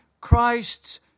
Christ's